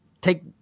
take